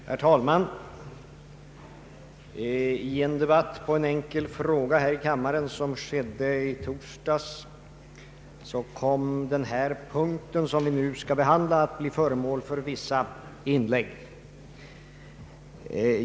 Herr talman! I en debatt på en enkel fråga här i kammaren, som ägde rum i torsdags, kom den punkt vi nu behandlar att bli föremål för vissa inlägg.